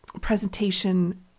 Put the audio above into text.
presentation